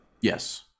Yes